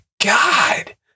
god